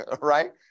Right